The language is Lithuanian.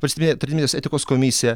valstybinė tarnybinės etikos komisija